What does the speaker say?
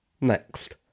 Next